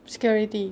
security